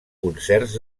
concerts